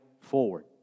forward